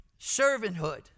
servanthood